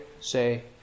say